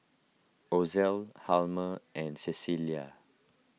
Ozell Hjalmer and Cecelia